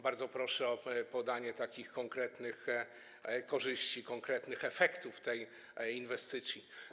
Bardzo proszę o podanie takich konkretnych korzyści, konkretnych efektów tej inwestycji.